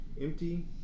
empty